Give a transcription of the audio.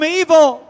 evil